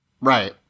Right